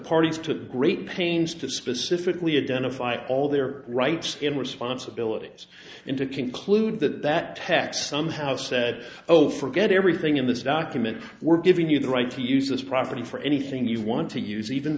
parties took great pains to specifically a done a fight all their rights and responsibilities and to conclude that that text somehow said oh forget everything in this document we're giving you the right to use this property for anything you want to use even